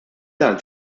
dan